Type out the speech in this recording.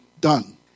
done